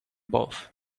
both